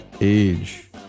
age